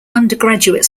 undergraduate